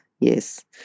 Yes